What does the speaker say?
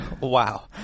Wow